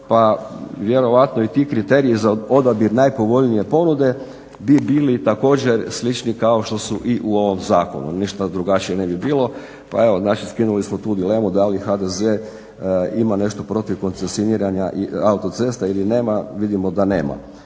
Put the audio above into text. pa vjerojatno i ti kriteriji za odabir najpovoljnije ponude bi bili također slični kao što su i u ovom zakonu, ništa drugačije ne bi bilo pa evo znači skinuli smo tu dilemu da li HDZ ima nešto protiv koncesioniranja autocesta ili nema, vidimo da nema.